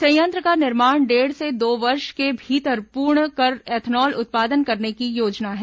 संयंत्र का निर्माण डेढ़ से दो वर्ष के भीतर पूर्ण कर एथेनॉल उत्पादन करने की योजना है